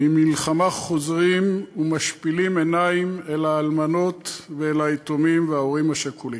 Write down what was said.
ממלחמה חוזרים ומשפילים עיניים אל האלמנות ואל היתומים וההורים השכולים.